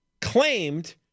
claimed